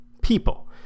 People